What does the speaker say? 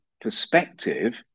perspective